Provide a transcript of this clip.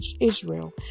Israel